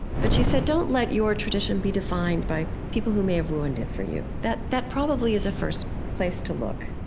but she said, don't let your tradition be defined by people who may have ruined it for you. that that probably is a first place to look